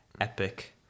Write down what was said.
epic